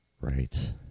Right